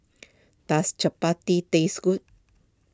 does Chappati taste good